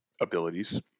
abilities